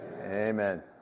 Amen